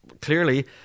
clearly